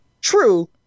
True